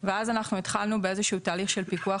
ואז אנחנו התחלנו באיזה שהוא תהליך של פיקוח